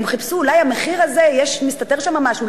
הם חיפשו אולי המחיר הזה, מסתתר שם משהו.